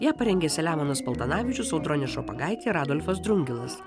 ją parengė selemonas paltanavičius audronė šopagaitė ir adolfas drungilas